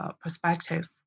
perspective